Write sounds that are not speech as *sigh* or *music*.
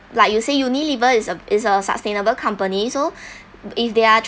like you say Unilever is a is a sustainable companies so *breath* if they're